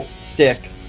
stick